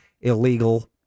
illegal